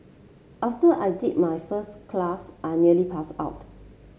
after I did my first class I nearly passed out